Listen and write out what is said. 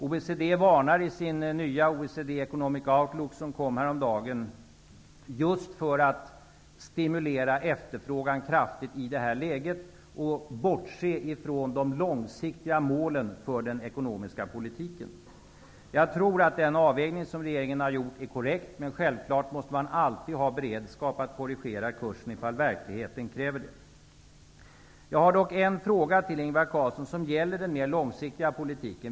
OECD varnar i sin nya rapport ''Economic Outlook'', som kom häromdagen, just för att i det här läget kraftigt stimulera efterfrågan och för att bortse från de långsiktiga målen för den ekonomiska politiken. Jag tror att den avvägning som regeringen har gjort är korrekt, men självfallet måste man alltid ha beredskap att korrigera kursen ifall verkligheten kräver det. Jag har dock en fråga till Ingvar Carlsson som gäller den mer långsiktiga politiken.